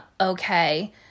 Okay